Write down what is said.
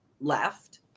left